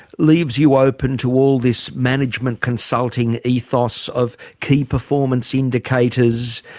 leaves you open to all this management consulting ethos of key performance indicators,